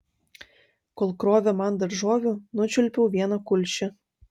kol krovė man daržovių nučiulpiau vieną kulšį